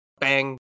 bang